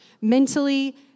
Mentally